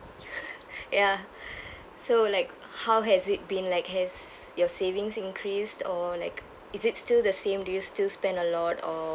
ya so like how has it been like has your savings increased or like is it still the same do you still spend a lot or